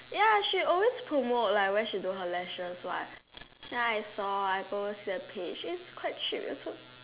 ya she always promote like where she do her lashes what then I saw I go the page is quite cheap also